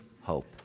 hope